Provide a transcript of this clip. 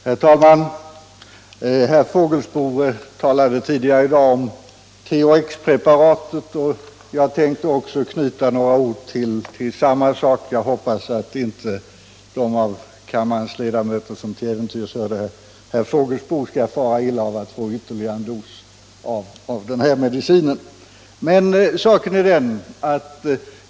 Herr talman! Herr Fågelsbo talade tidigare i dag om THX-preparatet, och jag tänkte också säga några ord om samma sak. Jag hoppas att inte de av kammarens ledamöter som till äventyrs hörde herr Fågelsbo skall fara illa av att få ytterligare en dos av den här medicinen.